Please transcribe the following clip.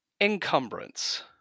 Encumbrance